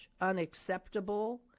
unacceptable